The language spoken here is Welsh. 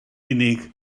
unig